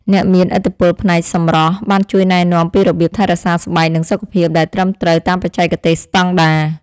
អ្នកមានឥទ្ធិពលផ្នែកសម្រស់បានជួយណែនាំពីរបៀបថែរក្សាស្បែកនិងសុខភាពដែលត្រឹមត្រូវតាមបច្ចេកទេសស្តង់ដារ។